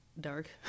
dark